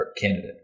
candidate